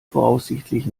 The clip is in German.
voraussichtlich